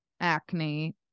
acne